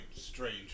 strange